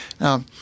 Now